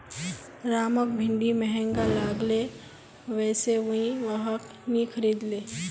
रामक भिंडी महंगा लागले वै स उइ वहाक नी खरीदले